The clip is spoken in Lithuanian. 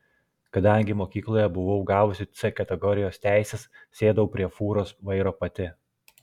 kadangi mokykloje buvau gavusi c kategorijos teises sėdau prie fūros vairo pati